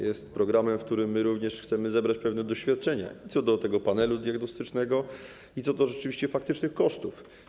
Jest programem, w którym my również chcemy zebrać pewne doświadczenia, i co do tego panelu diagnostycznego, i co do rzeczywiście faktycznych kosztów.